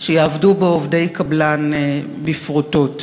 שיעבדו בו עובדי קבלן בפרוטות.